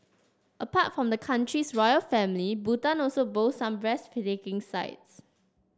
apart from the country's royal family Bhutan also boasts some breathtaking sights